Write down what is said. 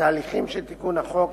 התהליכים של תיקון החוק,